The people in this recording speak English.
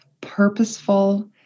purposeful